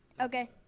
Okay